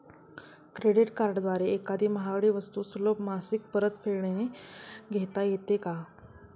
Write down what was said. Credit कार्डद्वारे एखादी महागडी वस्तू सुलभ मासिक परतफेडने घेता येते का?